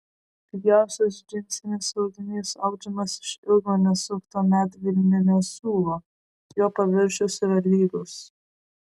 pigiausias džinsinis audinys audžiamas iš ilgo nesukto medvilninio siūlo jo paviršius yra lygus